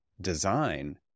design